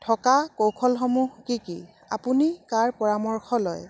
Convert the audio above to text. থকা কৌশলসমূহ কি কি আপুনি কাৰ পৰামৰ্শ লয়